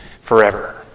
forever